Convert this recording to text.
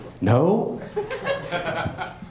No